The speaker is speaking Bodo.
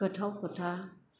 गोथाव खोथा